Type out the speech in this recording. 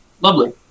Lovely